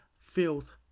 feels